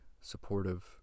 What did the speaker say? supportive